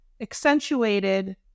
accentuated